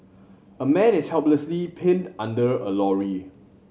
a man is helplessly pinned under a lorry